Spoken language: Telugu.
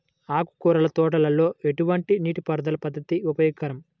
ఆకుకూరల తోటలలో ఎటువంటి నీటిపారుదల పద్దతి ఉపయోగకరం?